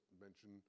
mention